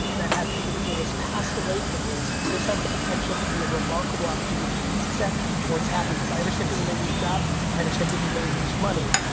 that has an individual that has passed away from this, this has the potential to be a remarkable opportunity for a reset towards happiness. i understand people may lose jobs. i understand people may lose money,